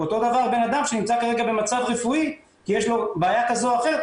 אותו דבר אדם שנמצא כרגע במצב רפואי כי יש לו בעיה כזאת או אחרת,